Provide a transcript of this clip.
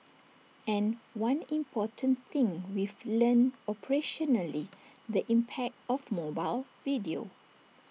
and one important thing we've learnt operationally the impact of mobile video